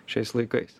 šiais laikais